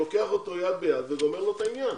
הוא לוקח אותו יד ביד ומסיים לו את העניין.